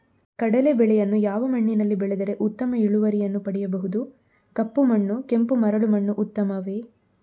ಕಡಲೇ ಬೆಳೆಯನ್ನು ಯಾವ ಮಣ್ಣಿನಲ್ಲಿ ಬೆಳೆದರೆ ಉತ್ತಮ ಇಳುವರಿಯನ್ನು ಪಡೆಯಬಹುದು? ಕಪ್ಪು ಮಣ್ಣು ಕೆಂಪು ಮರಳು ಮಣ್ಣು ಉತ್ತಮವೇ?